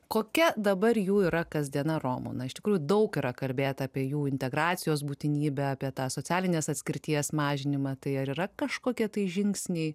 kokia dabar jų yra kasdiena romų na iš tikrųjų daug yra kalbėt apie jų integracijos būtinybę apie tą socialinės atskirties mažinimą tai ar yra kažkokie tai žingsniai